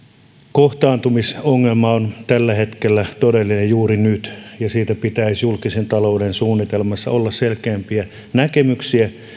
kohtaantumisongelma on tällä hetkellä todellinen juuri nyt ja siitä pitäisi julkisen talouden suunnitelmassa olla selkeämpiä näkemyksiä